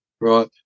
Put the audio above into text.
Right